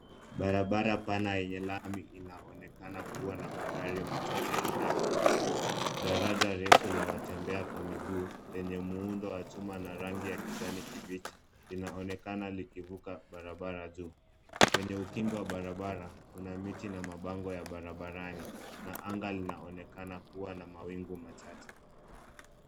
Barabara pana yenye lami inaonekana kuwa na magari machache yanayopita. Daraja refu la watembea kwa miguu; lenye muundo wa chuma na rangi ya kijani kibichi, linaonekana likivuka barabara juu. Kwenye ukingo wa barabara kuna miti na mabango ya barabarani. Na anga linaonekana kuwa na mawingu machache.